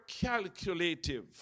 calculative